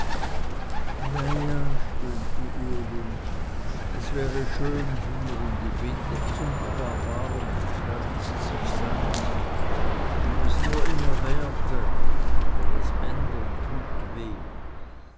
ja ja stöhnte uli es wäre schön hier und im winter bsonderbar warm da ließe sich sein wenn es nur immer währte aber das ändern tut weh